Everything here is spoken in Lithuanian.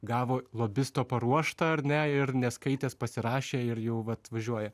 gavo lobisto paruoštą ar ne ir neskaitęs pasirašė ir jau vat važiuoja